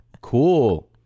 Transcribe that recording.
Cool